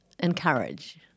encourage